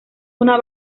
una